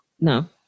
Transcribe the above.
No